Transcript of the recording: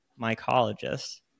mycologist